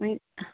माहि हा